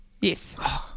Yes